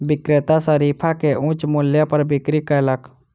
विक्रेता शरीफा के उच्च मूल्य पर बिक्री कयलक